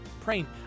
Praying